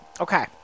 Okay